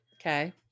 okay